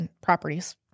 properties